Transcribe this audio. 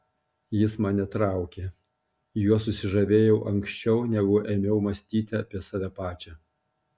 jis mane traukė juo susižavėjau anksčiau negu ėmiau mąstyti apie save pačią